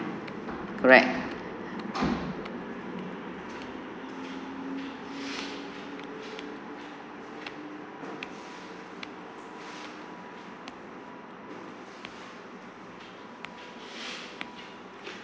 correct